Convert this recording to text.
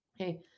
Okay